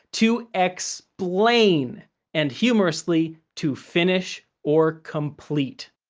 to explain, and humorously, to finish or complete.